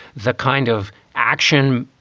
the kind of action,